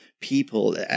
people